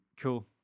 Cool